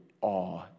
awe